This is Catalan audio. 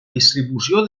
distribució